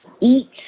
eat